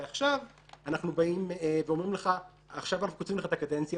ועכשיו אנחנו באים ואומרים לך: עכשיו אנחנו מקצרים לך את הקדנציה,